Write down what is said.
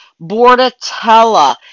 Bordetella